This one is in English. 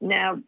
Now